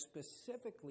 specifically